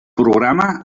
programa